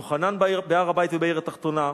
יוחנן בהר-הבית, בעיר התחתונה,